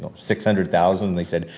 six hundred thousand. and they said,